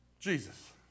Jesus